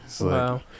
Wow